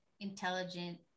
intelligent